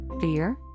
Fear